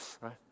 right